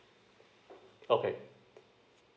okay